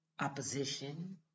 opposition